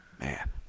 Man